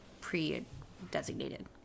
pre-designated